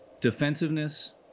defensiveness